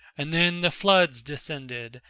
and then the floods descended,